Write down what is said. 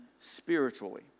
spiritually